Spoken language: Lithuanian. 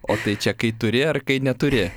o štai čia kai turi ar kai neturi